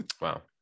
Wow